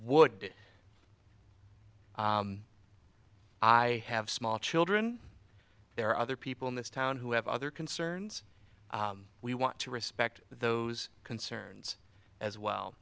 wood i have small children there are other people in this town who have other concerns we want to respect those concerns as well